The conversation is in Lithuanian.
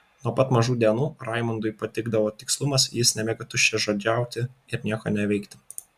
nuo pat mažų dienų raimundui patikdavo tikslumas jis nemėgo tuščiažodžiauti ir nieko neveikti